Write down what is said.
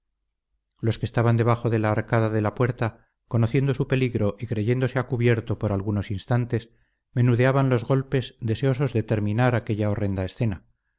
los que estaban debajo de la arcada de la puerta conociendo su peligro y creyéndose a cubierto por algunos instantes menudeaban los golpes deseosos de terminar aquella horrenda escena